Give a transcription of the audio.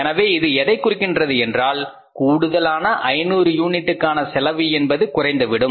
எனவே இது எதைக் குறிக்கிறது என்றால் கூடுதலான 500 யூனிட்டுக்கான செலவு என்பது குறைந்துவிடும்